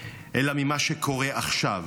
אלא ממה שקורה עכשיו.